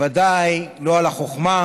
בוודאי לא על החוכמה,